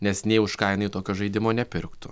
nes nė už ką jinai tokio žaidimo nepirktų